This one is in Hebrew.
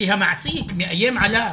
כי המעסיק מאיים עליו,